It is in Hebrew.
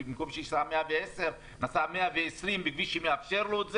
במקום שייסע 110 נסע 120 בכביש שמאפשר לו את זה,